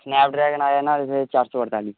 Snapdragon आया न्हाड़े च चार सौ अड़ताली